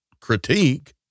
critique